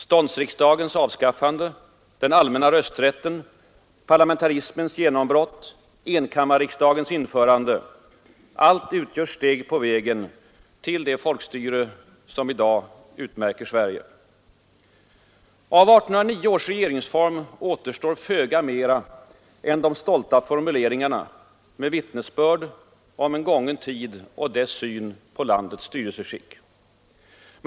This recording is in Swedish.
Ståndsriksdagens avskaffande, den allmänna rösträtten, parlamentarismens genombrott, enkammarriksdagens införande — allt utgör steg på vägen till det folkstyre som i dag utmärker Sverige. Av 1809 års regeringsform återstår föga mer än de stolta formuleringarna med vittnesbörd om en gången tid och dess syn på vårt lands styrelseskick.